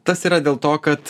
tas yra dėl to kad